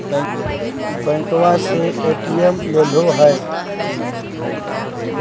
बैंकवा से ए.टी.एम लेलहो है?